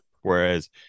whereas